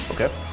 Okay